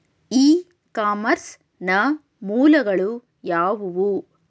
E commerce ನ ಮೂಲಗಳು ಯಾವುವು?